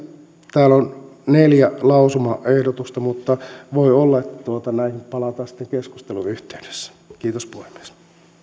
täällä on neljä lausumaehdotusta mutta voi olla että näihin palataan sitten keskustelun yhteydessä kiitos puhemies